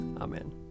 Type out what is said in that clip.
Amen